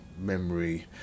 memory